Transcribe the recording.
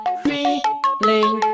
feeling